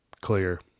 Clear